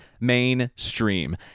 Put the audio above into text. mainstream